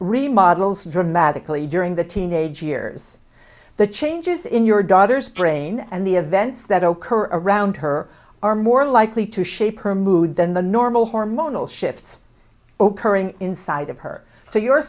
remodels dramatically during the teenage years the changes in your daughter's brain and the events that occur around her are more likely to shape her mood than the normal hormonal shifts or currying inside of her so you're